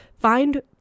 Find